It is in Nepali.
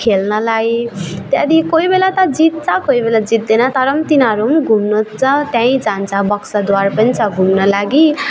खेल्नलाई त्यहाँदेखि कोही बेला त जित्छ कोही बेला जित्दैन तर तिनीहरू घुम्नु चाहिँ त्यही जान्छ बक्साद्वार पनि छ घुम्न लागि